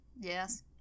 Yes